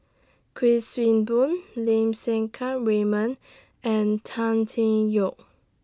Kuik Swee Boon Lim Sen Keat Raymond and Tan Tee Yoke